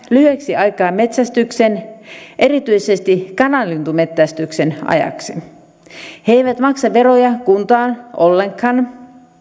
lyhyeksi aikaa metsästyksen erityisesti kanalintumetsästyksen ajaksi he eivät maksa veroja kuntaan ollenkaan